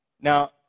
Now